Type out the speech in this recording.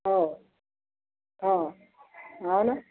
हो हो हो नं